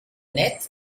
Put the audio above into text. nett